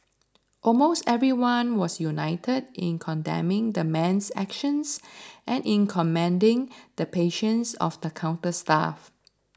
almost everyone was united in condemning the man's actions and in commending the patience of the counter staff